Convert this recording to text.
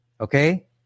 Okay